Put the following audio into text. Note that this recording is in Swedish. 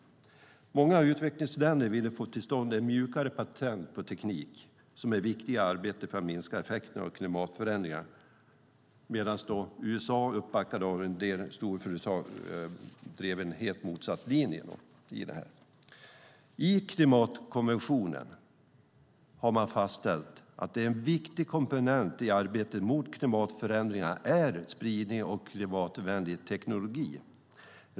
Många utvecklingsländer ville få till stånd mjukare patent för teknik som är viktig i arbetet för att minska effekterna av klimatförändringar medan USA uppbackat av en del storföretag drev en helt motsatt linje. I klimatkonventionen har man fastställt att en viktig komponent i arbetet mot klimatförändringar är spridning av klimatvänlig teknik.